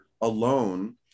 alone